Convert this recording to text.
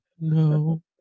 no